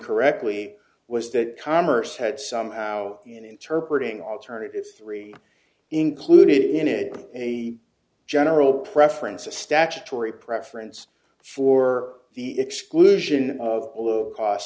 correctly was that commerce had somehow interpretating alternatives three included in it a general preference a statutory preference for the exclusion of all cost